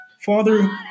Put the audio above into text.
Father